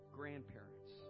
grandparents